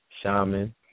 Shaman